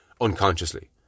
unconsciously